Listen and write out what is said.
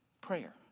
prayer